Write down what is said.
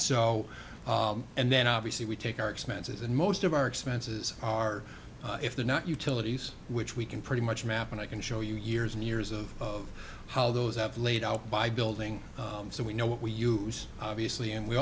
so and then obviously we take our expenses and most of our expenses are if they're not utilities which we can pretty much map and i can show you years and years of how those have laid out by building so we know what we use obviously and we